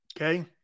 Okay